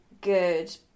good